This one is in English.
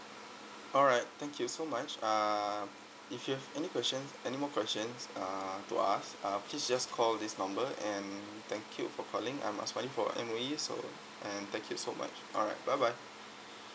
alright thank you so much uh if you have any question any more questions uh to ask uh please just call this number and thank you for calling I'm azbadi from M_O_E so and thank you so much alright bye bye